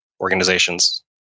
organizations